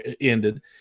ended